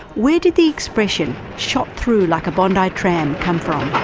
where did the expression, shot through like a bondi tram come from?